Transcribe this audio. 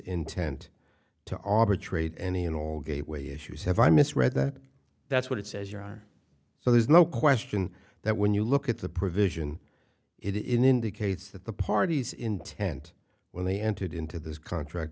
intent to arbitrate any and all gateway issues have i misread that that's what it says you are so there's no question that when you look at the provision it indicates that the party's intent when they entered into this contract